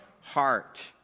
heart